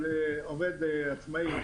אבל עובד עצמאי.